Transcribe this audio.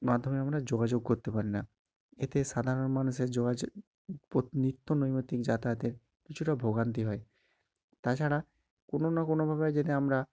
মাধ্যমে আমরা যোগাযোগ করতে পারি না এতে সাধারণ মানুষের যোগাযোগ পো নিত্য নৈমিত্তিক যাতায়াতের কিছুটা ভোগান্তি হয় তাছাড়া কোনো না কোনোভাবে যদি আমরা